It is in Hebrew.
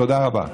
תודה רבה.